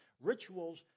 rituals